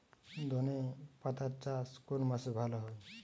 ধনেপাতার চাষ কোন মাসে ভালো হয়?